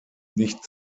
nicht